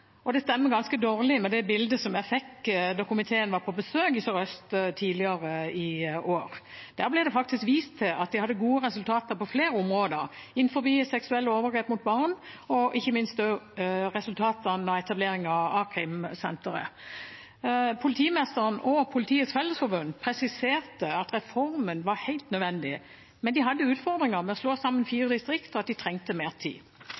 og det stemmer ganske dårlig med det bildet som jeg fikk da komiteen var på besøk i Sør-Øst politidistrikt tidligere i år. Der ble det vist til at de hadde gode resultater på flere områder – innenfor seksuelle overgrep mot barn og ikke minst resultatene av etableringen av a-krimsenteret. Politimesteren og Politiets Fellesforbund presiserte at reformen var helt nødvendig, men de hadde utfordringer med å slå sammen fire distrikt, og de trengte mer tid.